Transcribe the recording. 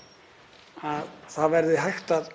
— að það verði hægt að